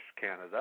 Canada